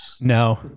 no